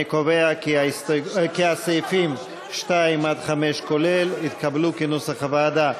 אני קובע כי סעיפים 2 5 כולל התקבלו כנוסח הוועדה.